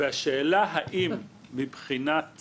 והשאלה האם מבחינת